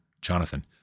Jonathan